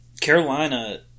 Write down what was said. Carolina